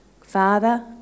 Father